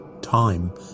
time